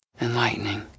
enlightening